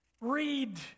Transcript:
read